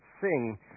sing